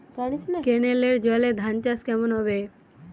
কেনেলের জলে ধানচাষ কেমন হবে?